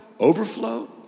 overflow